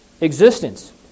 existence